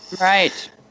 right